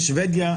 בשבדיה,